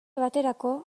baterako